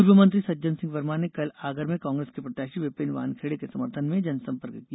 पूर्व मंत्री सज्जन सिंह वर्मा ने कल आगर में कांग्रेस प्रत्याशी विपिन वानखेडे के समर्थन में जनसंपर्क किया